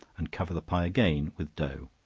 and cover the pie again with dough.